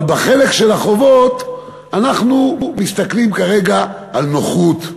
אבל בחלק של החובות אנחנו מסתכלים כרגע על נוחות.